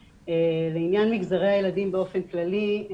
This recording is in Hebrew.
לעניין מגזרי הילדים באופן כללי,